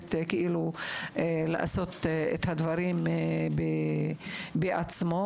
יכולת לעשות דברים בעצמו,